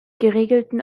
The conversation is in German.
geregelten